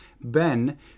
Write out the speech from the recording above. Ben